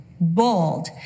bold